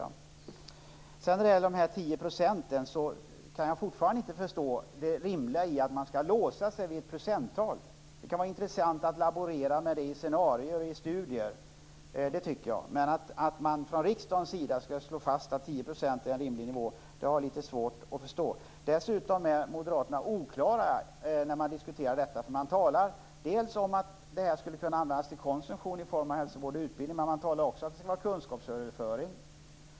När det gäller de tio procenten kan jag fortfarande inte förstå det rimliga i att man skall låsa sig vid ett procenttal. Det kan vara intressant att laborera med det i scenarior och studier. Men att vi från riksdagens sida skall slå fast att 10 % är en rimlig nivå har jag litet svårt att förstå. Dessutom är moderaterna oklara i diskussionerna om detta. De talar om att biståndet dels skulle kunna användas till konsumtion i form av hälsovård och utbildning, dels till kunskapsöverföring.